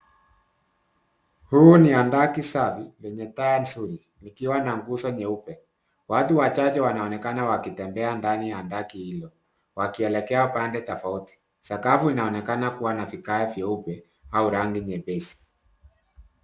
Huu ni handaki safi lenye taa nzuri, likiwa na nguzo nyeupe. Watu wachache wanaonekana wakitembea ndani ya handaki hilo, wakielekea pande tofauti. Sakafu inaonekana kua na vigae vyeupe au rangi nyepesi.